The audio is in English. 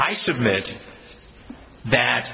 i submit that